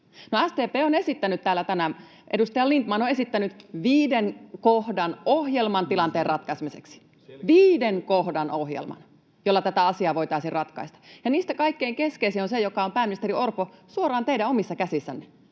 on esittänyt, viiden kohdan ohjelman tilanteen ratkaisemiseksi [Kimmo Kiljunen: Selkeät kohdat!] — viiden kohdan ohjelman, jolla tätä asiaa voitaisiin ratkaista, ja niistä kaikkein keskeisin on se, joka on, pääministeri Orpo, suoraan teidän omissa käsissänne,